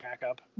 backup